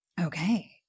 okay